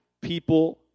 people